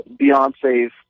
Beyonce's